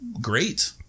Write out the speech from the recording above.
great